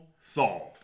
solved